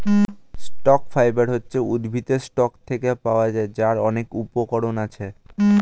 stock fibre হচ্ছে উদ্ভিদের stalk থেকে পাওয়া যায়, যার অনেক উপকরণ আছে